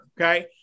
okay